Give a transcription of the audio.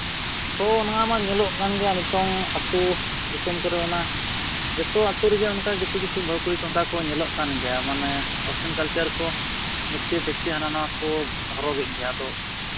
ᱦᱳᱭ ᱚᱱᱟ ᱢᱟ ᱧᱮᱞᱚᱜᱠᱟᱱ ᱜᱮᱭᱟ ᱱᱤᱛᱚᱝ ᱟᱛᱳᱼᱫᱤᱥᱚᱢ ᱠᱚᱨᱮ ᱚᱱᱟ ᱡᱚᱛᱚ ᱟᱛᱳ ᱨᱮᱜᱮ ᱚᱱᱠᱟ ᱠᱤᱪᱷᱩᱼᱠᱤᱪᱷᱩ ᱵᱟᱹᱦᱩ ᱠᱩᱲᱤᱠᱚ ᱚᱱᱠᱟᱠᱚ ᱧᱮᱞᱚᱜ ᱠᱟᱱᱜᱮᱭᱟ ᱢᱟᱱᱮ ᱚᱭᱮᱥᱴᱟᱨᱱ ᱠᱟᱞᱪᱟᱨᱠᱚ ᱢᱮᱠᱥᱤᱼᱴᱮᱠᱥᱤ ᱦᱟᱱᱟᱼᱱᱷᱟᱣᱟᱠᱚ ᱦᱚᱨᱚᱜᱮᱫ ᱜᱮᱭᱟ ᱟᱫᱚ